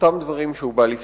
אותם דברים שהוא בא לפתור.